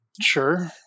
Sure